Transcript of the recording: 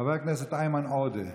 חבר הכנסת איימן עודה.